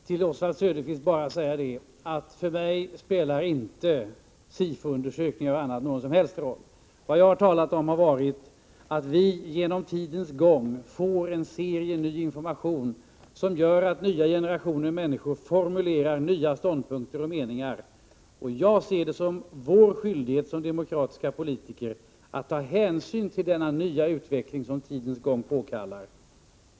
Fru talman! Jag vill till Oswald Söderqvist bara säga att för mig spelar inte Sifo-undersökningar och annat någon som helst roll. Vad jag talat om har varit att vi, under tidens gång, får serier av ny information, som gör att nya generationer av människor formulerar nya ståndpunkter. Och jag ser det som vår skyldighet som demokratiska politiker att ta hänsyn till denna nya utveckling, vilken påkallas under tidens gång.